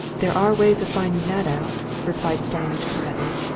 there are ways of finding that out, replied starmidge quietly.